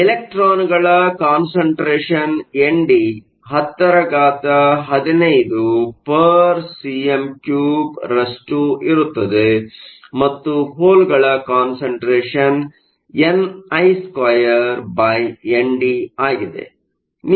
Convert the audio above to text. ಆದ್ದರಿಂದ ಎಲೆಕ್ಟ್ರಾನ್ಗಳ ಕಾನ್ಸಂಟ್ರೇಷನ್concentration ಎನ್ಡಿ 1015cm 3ರಷ್ಷು ಇರುತ್ತದೆ ಮತ್ತು ಹೋಲ್ಗಳ ಕಾನ್ಸಂಟ್ರೇಷನ್concentration ni2ND ಆಗಿದೆ